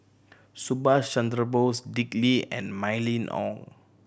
Subhas Chandra Bose Dick Lee and Mylene Ong